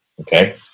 Okay